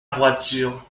voiture